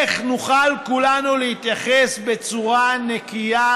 איך נוכל כולנו להתייחס בצורה נקייה